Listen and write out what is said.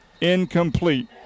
Incomplete